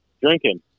drinking